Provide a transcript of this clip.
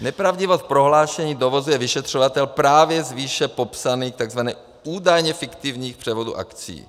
Nepravdivost prohlášení dovozuje vyšetřovatel právě z výše popsaných tzv. údajně fiktivních převodů akcií.